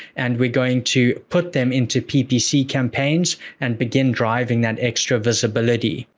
and we're going to put them into ppc campaigns and begin driving that extra visibility.